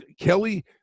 Kelly